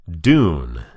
Dune